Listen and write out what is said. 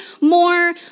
more